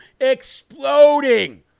Exploding